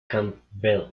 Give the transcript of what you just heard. campbell